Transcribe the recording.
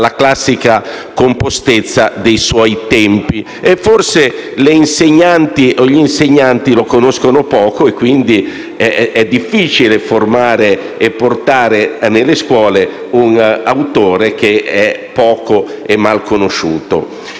dalla classica compostezza dei suoi tempi. Forse le insegnanti o gli insegnanti lo conoscono poco, quindi è difficile portare nelle scuole un autore poco o mal conosciuto.